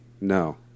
No